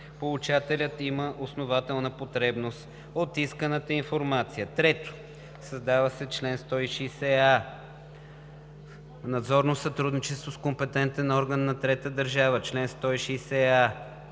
получателят има основателна потребност от исканата информация.“ 3. Създава се чл. 160а: „Надзорно сътрудничество с компетентен орган на трета държава Чл. 160а.